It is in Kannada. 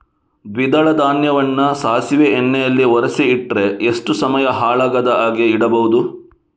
ದ್ವಿದಳ ಧಾನ್ಯವನ್ನ ಸಾಸಿವೆ ಎಣ್ಣೆಯಲ್ಲಿ ಒರಸಿ ಇಟ್ರೆ ಎಷ್ಟು ಸಮಯ ಹಾಳಾಗದ ಹಾಗೆ ಇಡಬಹುದು?